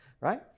right